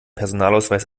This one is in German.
personalausweis